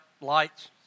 Lights